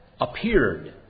appeared